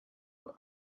uhr